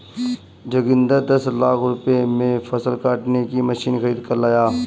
जोगिंदर दस लाख रुपए में फसल काटने की मशीन खरीद कर लाया